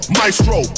maestro